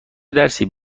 درسی